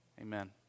Amen